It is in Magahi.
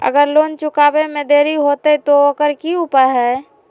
अगर लोन चुकावे में देरी होते तो ओकर की उपाय है?